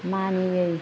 मानियै